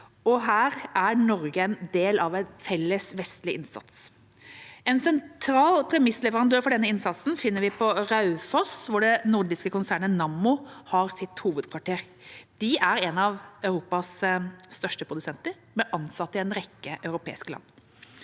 her er Norge en del av en felles vestlig innsats. En sentral premissleverandør for denne innsatsen finner vi på Raufoss, hvor det nordiske konsernet Nammo har sitt hovedkvarter. De er en av Europas største produsenter, med ansatte i en rekke europeiske land.